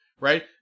Right